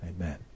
Amen